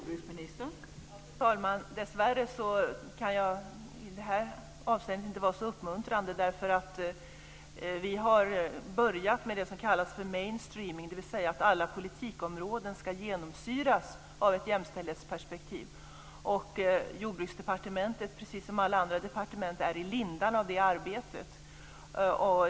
Fru talman! Dessvärre kan jag i det här avseendet inte vara så uppmuntrande. Vi har börjat med det som kallas mainstreaming, dvs. att alla politikområden ska genomsyras av ett jämställdhetsperspektiv. På Jordbruksdepartementet, precis som på alla andra departement, är detta arbete i sin linda.